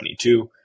2022